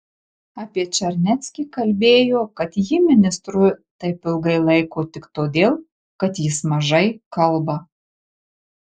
apie čarneckį kalbėjo kad jį ministru taip ilgai laiko tik todėl kad jis mažai kalba